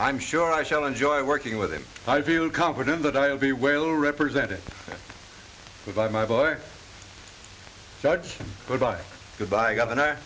i'm sure i shall enjoy working with him i view confident that i will be well represented by my boy but by the by governor